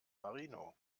marino